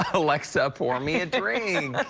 ah like so pour me a drink. you.